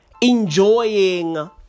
enjoying